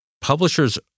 Publishers